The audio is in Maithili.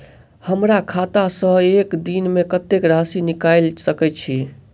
हमरा खाता सऽ एक दिन मे कतेक राशि निकाइल सकै छी